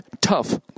tough